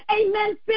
Amen